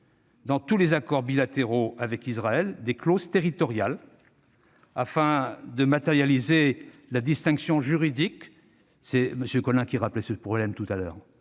dans tous les accords bilatéraux avec Israël des clauses territoriales, afin de matérialiser la distinction juridique- M. Collin rappelait ce problème -entre le